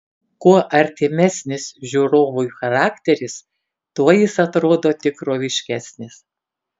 kuo artimesnis žiūrovui charakteris tuo jis atrodo tikroviškesnis